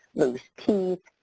loose teeth,